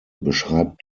beschreibt